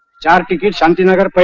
child in shantinagar